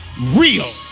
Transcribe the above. real